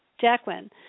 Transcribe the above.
Jacqueline